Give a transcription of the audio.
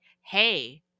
hey